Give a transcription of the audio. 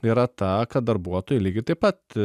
yra ta kad darbuotojai lygiai taip pat